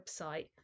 website